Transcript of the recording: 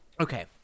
Okay